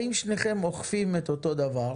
האם שניכם אוכפים את אותו דבר,